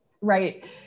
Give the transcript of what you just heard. Right